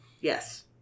Yes